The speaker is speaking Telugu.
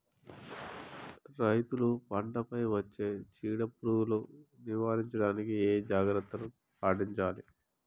రైతులు పంట పై వచ్చే చీడ పురుగులు నివారించడానికి ఏ జాగ్రత్తలు పాటించాలి?